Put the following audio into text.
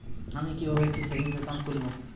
আমি কিভাবে একটি সেভিংস অ্যাকাউন্ট খুলব?